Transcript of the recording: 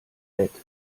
bett